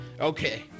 Okay